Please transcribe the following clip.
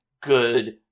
good